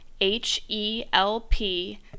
h-e-l-p